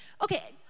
Okay